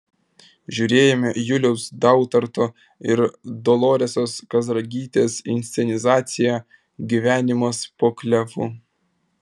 žiūrėjome juliaus dautarto ir doloresos kazragytės inscenizaciją gyvenimas po klevu